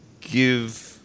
give